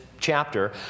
chapter